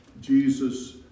Jesus